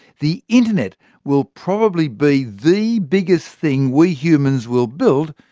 the internet will probably be the biggest thing we humans will build,